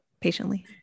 patiently